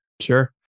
sure